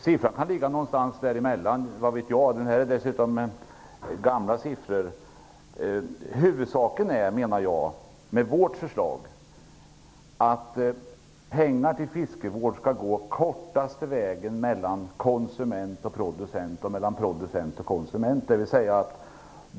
Beloppet kanske ligger någonstans mellan de nämnda siffrorna - vad vet jag? Det är förresten fråga om gamla siffror. Huvudsyftet med vårt förslag är att pengar till fiskevård skall gå kortaste vägen mellan konsument och producent respektive mellan producent och konsument.